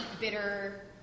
bitter